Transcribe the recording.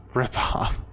ripoff